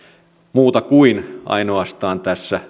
muuta keskustelua kuin ainoastaan